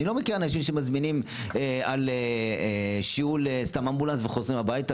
אני לא מכיר אנשים שמזמינים על שיעול סתם אמבולנס וחוזרים הבייתה,